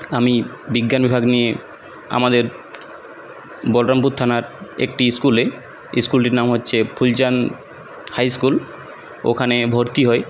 আমি বিজ্ঞানবিভাগ নিয়ে আমাদের বলরামপুর থানার একটি স্কুলে স্কুলটির নাম হচ্ছে ফুলচান্দ হাইস্কুল ওখানে ভর্তি হই